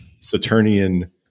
Saturnian